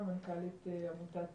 מנכ"לית עמותת